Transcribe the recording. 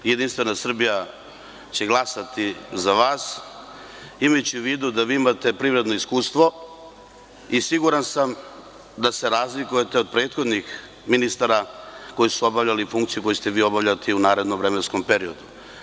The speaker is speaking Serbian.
Jedinstvena Srbija će glasati za vas, imajući u vidu da imate privredno iskustvo siguran sam da se razlikujete od prethodnih ministara koji su obavljali funkciju koju ćete vi obavljati u narednom vremenskom periodu.